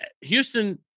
Houston